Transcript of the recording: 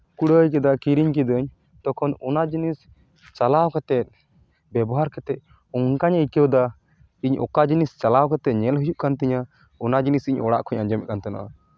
ᱠᱩᱲᱟᱹᱣ ᱠᱮᱫᱟ ᱠᱤᱨᱤᱧ ᱠᱤᱫᱟᱹᱧ ᱛᱚᱠᱷᱚᱱ ᱚᱱᱟ ᱡᱤᱱᱤᱥ ᱪᱟᱞᱟᱣ ᱠᱟᱛᱮ ᱵᱮᱵᱚᱦᱟᱨ ᱠᱟᱛᱮᱜ ᱚᱱᱠᱟᱧ ᱟᱹᱭᱠᱟᱹᱣᱫᱟ ᱤᱧ ᱚᱠᱟ ᱡᱤᱱᱤᱥ ᱪᱟᱞᱟᱣ ᱠᱟᱛᱮ ᱧᱮᱞ ᱦᱩᱭᱩᱜ ᱠᱟᱱ ᱛᱤᱧᱟ ᱚᱱᱟ ᱡᱤᱱᱤᱥ ᱤᱧ ᱚᱲᱟᱜ ᱠᱷᱚᱡ ᱟᱸᱡᱚᱢᱮᱜ ᱠᱟᱱ ᱛᱟᱦᱮᱱᱟ